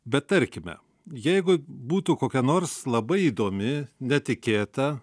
bet tarkime jeigu būtų kokia nors labai įdomi netikėta